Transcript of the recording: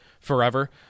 forever